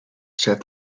said